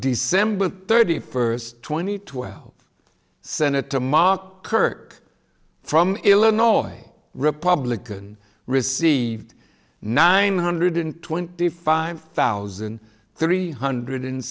december thirty first twenty two well senator mark kirk from illinois republican received nine hundred twenty five thousand three hundred